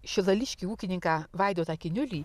šilališkį ūkininką vaidotą kiniulį